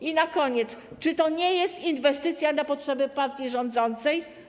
I na koniec, czy to nie jest inwestycja na potrzeby partii rządzącej?